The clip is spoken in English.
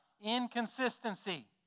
Inconsistency